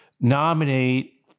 nominate